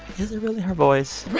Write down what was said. is it really her voice?